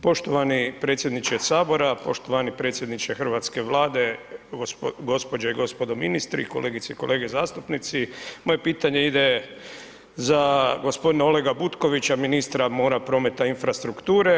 Poštovani predsjedniče sabora, poštovani predsjedniče hrvatske Vlade, gospođe i gospodo ministri, kolegice i kolege zastupnici moje pitanje ide za gospodina Olega Butkovića, ministra mora, prometa i infrastrukture.